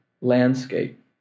landscape